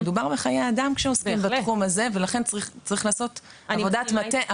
מדובר בחיי אדם כשעוסקים בתחום הזה ולכן צריך לעשות עבודת מטה עכשיו.